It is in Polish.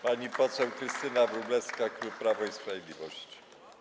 Pani poseł Krystyna Wróblewska, klub Prawo i Sprawiedliwość.